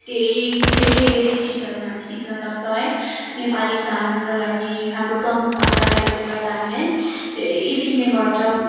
धेरै धेरै धेरै चिजहरू हामीले सिक्न सक्छौँ है नेपाली त हाम्रो लागि हाम्रो प्रमुख भाषा भएकोले गर्दा हामी है धेरै सिक्ने गर्छौँ